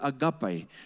agape